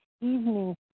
evening